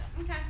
Okay